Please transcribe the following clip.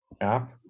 app